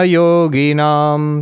yoginam